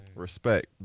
Respect